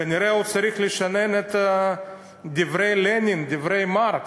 כנראה הוא צריך לשנן את דברי לנין ואת דברי מרקס.